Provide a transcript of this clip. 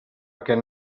aquest